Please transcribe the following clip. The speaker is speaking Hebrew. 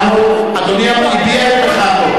שמענו, אדוני הביע את מחאתו.